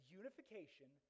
unification